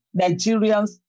nigerians